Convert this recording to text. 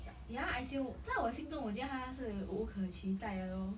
ya I still 在我心中我觉得他是无可取代的 lor